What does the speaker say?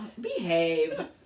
Behave